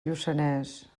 lluçanès